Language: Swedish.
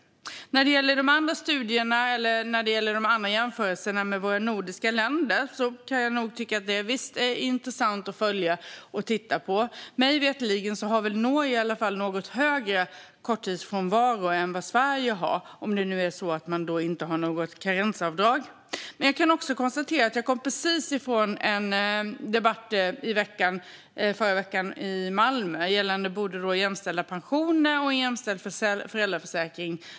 När det gäller de andra studierna eller jämförelserna med de andra nordiska länderna kan jag tycka att det visst är intressant att följa och titta på. Mig veterligen har i alla fall Norge en något högre korttidsfrånvaro än vad Sverige har, om det nu är så att man inte har något karensavdrag. Jag kom precis från en debatt på Forum Jämställdhet i Malmö i förra veckan som gällde både jämställda pensioner och jämställd föräldraförsäkring.